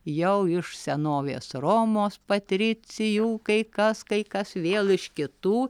jau iš senovės romos patricijų kai kas kai kas vėl iš kitų